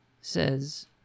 says